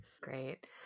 Great